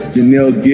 Janelle